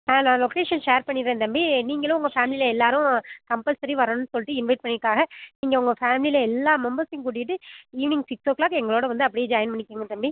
ஆ நான் location share பண்ணிடுறேன் தம்பி நீங்களும் உங்கள் ஃபேமிலியில் எல்லாேரும் கம்பல்சரி வரணும்னு சொல்லிட்டு இன்வைட் பண்ணியிருக்காங்க நீங்கள் உங்கள் ஃபேமிலியில் எல்லா மெம்பர்ஸையும் கூட்டிகிட்டு ஈவினிங் சிக்ஸ் ஓ க்ளாக் எங்களோடய வந்து அப்படியே ஜாயின் பண்ணிக்கங்க தம்பி